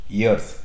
years